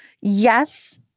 yes